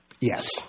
Yes